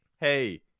hey